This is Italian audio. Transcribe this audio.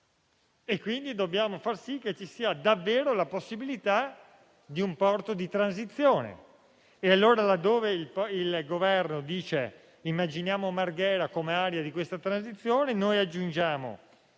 e, quindi, dobbiamo far sì che ci sia davvero la possibilità di un porto di transizione. Laddove il Governo dice che immagina Marghera come area di questa transizione, aggiungiamo